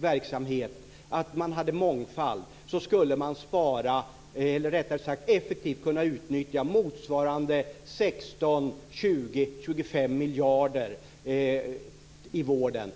verksamhet där man har mångfald, skulle man effektivt kunna utnyttja motsvarande 16, 20, 25 miljarder i vården.